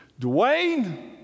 Dwayne